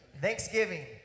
Thanksgiving